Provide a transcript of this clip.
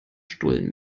stullen